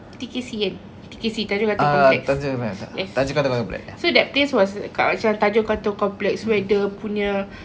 T_K_C kan T_K_C tanjong katong complex yes so that place was macam tanjong katong complex where dia punya